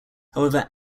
however